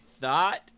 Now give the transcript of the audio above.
Thought